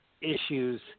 issues